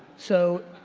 so,